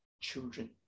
children